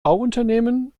bauunternehmen